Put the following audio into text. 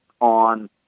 on